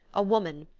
a woman,